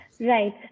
Right